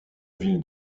ville